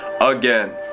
again